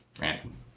random